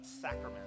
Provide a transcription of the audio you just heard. sacrament